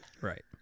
right